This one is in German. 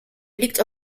liegt